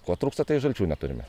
ko trūksta tai žalčių neturime